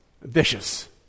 vicious